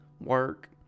work